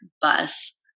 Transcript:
bus